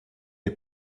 est